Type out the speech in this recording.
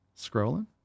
scrolling